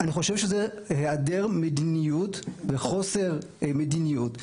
אני חושב שזה היעדר מדיניות וחוסר מדיניות,